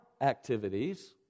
activities